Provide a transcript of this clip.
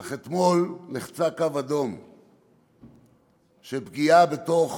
אך אתמול נחצה קו אדום בפגיעה בתוך